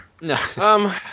No